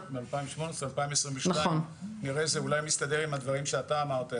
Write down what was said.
כי אז זה אולי מסתדר עם הדברים שאתה אמרת,